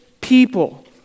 people